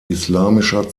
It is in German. islamischer